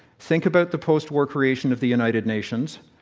think about the post-war creation of the united nations,